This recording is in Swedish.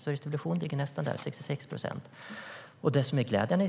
Sveriges Television ligger nästan där, på 66 procent. Glädjande